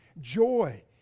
joy